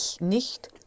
nicht